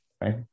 right